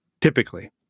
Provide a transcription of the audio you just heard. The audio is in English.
typically